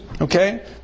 Okay